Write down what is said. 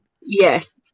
Yes